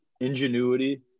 ingenuity